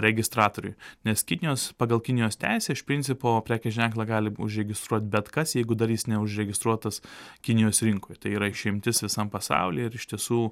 registratoriui nes kinijos pagal kinijos teisę iš principo prekės ženklą gali užregistruot bet kas jeigu dar jis neužregistruotas kinijos rinkoj tai yra išimtis visam pasauly ir iš tiesų